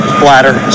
bladder